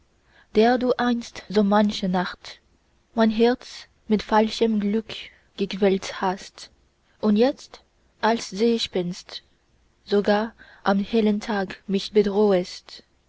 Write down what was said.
der du einst so manche nacht mein herz mit falschem glück gequält hast und jetzt als seegespenst sogar am hellen tag mich bedrohest